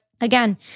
again